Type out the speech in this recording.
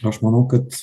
aš manau kad